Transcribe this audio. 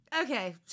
Okay